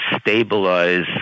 stabilize